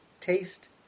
taste